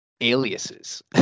aliases